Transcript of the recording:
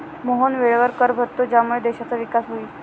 मोहन वेळेवर कर भरतो ज्यामुळे देशाचा विकास होईल